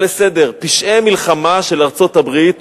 לסדר-היום: פשעי המלחמה של ארצות-הברית,